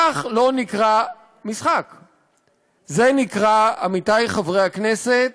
זה לא נקרא משחק, זה נקרא, עמיתי חברי הכנסת,